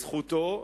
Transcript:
זאת זכותו,